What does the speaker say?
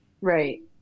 right